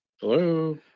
Hello